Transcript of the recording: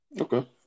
okay